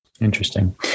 Interesting